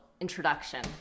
introduction